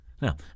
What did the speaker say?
Now